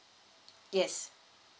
yes